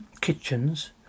kitchens